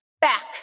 back